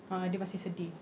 ah dia masih sedih